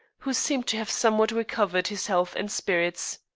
who seemed to have somewhat recovered his health and spirits.